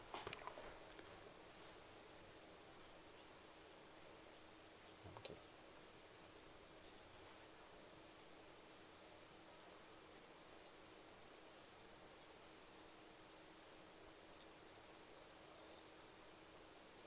okay